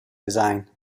design